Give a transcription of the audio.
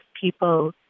people